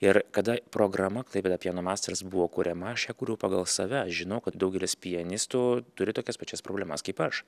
ir kada programa klaipėda paino masters buvo kuriama aš ją kūriau pagal save žinau kad daugelis pianistų turi tokias pačias problemas kaip aš